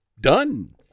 Done